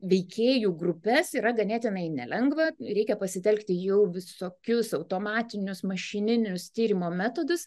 veikėjų grupes yra ganėtinai nelengva reikia pasitelkti jau visokius automatinius mašininius tyrimo metodus